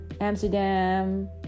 Amsterdam